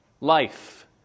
life